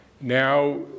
Now